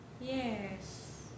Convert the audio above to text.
Yes